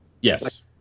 Yes